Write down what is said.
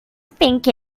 think